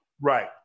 Right